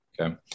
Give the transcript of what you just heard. Okay